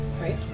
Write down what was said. right